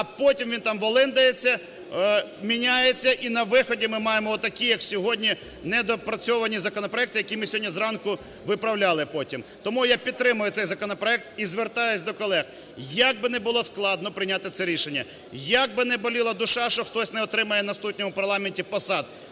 А потім він там волиндається, міняється і на виході ми маємо такі, як сьогодні, недоопрацьовані законопроекти, які ми сьогодні зранку виправляли потім. Тому я підтримую цей законопроект і звертаюсь до колег, як би не було складно прийняти це рішення, як би не боліла душа, що хтось не отримає в наступному парламенті посади,